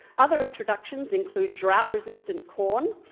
other introductions include drought resistant corn,